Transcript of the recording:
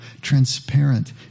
Transparent